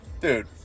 Dude